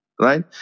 right